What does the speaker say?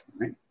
right